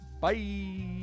Bye